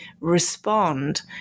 respond